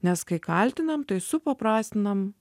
nes kai kaltinam tai supaprastinam